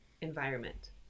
environment